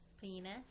Penis